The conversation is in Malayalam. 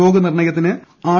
രോഗനിർണയത്തിന് ആർ